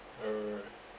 uh